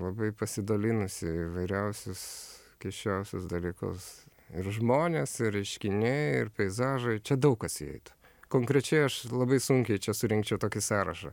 labai pasidalinusi į įvairiausius keisčiausius dalykus ir žmonės ir reiškiniai ir peizažai čia daug kas įeitų konkrečiai aš labai sunkiai čia surinkčiau tokį sąrašą